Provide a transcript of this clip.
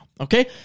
okay